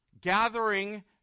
gathering